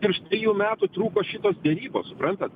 virš dviejų metų trūko šitos derybos suprantat